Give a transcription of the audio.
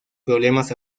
problemas